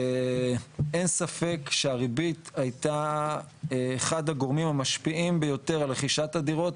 אין ספק שהריבית הייתה אחד הגורמים המשפיעים ביותר על רכישת הדירות.